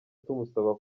tumusaba